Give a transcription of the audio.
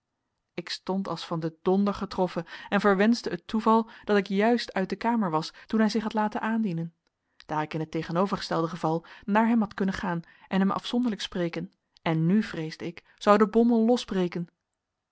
ik stond als van den donder getroffen en verwenschte het toeval dat ik juist uit de kamer was toen hij zich had laten aandienen daar ik in het tegenovergestelde geval naar hem had kunnen gaan en hem afzonderlijk spreken en nu vreesde ik zou de bommel losbreken